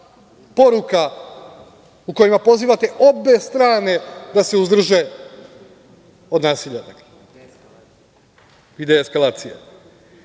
poruka u kojima pozivate obe strane da se uzdrže od nasilja. Ali, svi